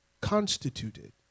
constituted